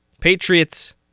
Patriots